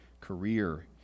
career